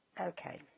Okay